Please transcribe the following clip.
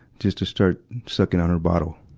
just to start sucking on her bottle.